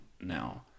now